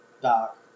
Doc